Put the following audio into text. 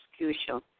execution